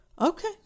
Okay